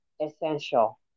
essential